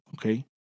okay